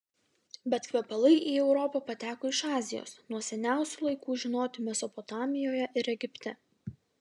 bet kvepalai į europą pateko iš azijos nuo seniausių laikų žinoti mesopotamijoje ir egipte